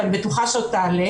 ואני בטוחה שזה עוד יעלה.